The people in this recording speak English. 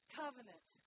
covenant